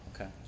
Okay